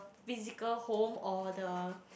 physical home or the